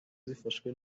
zifashwe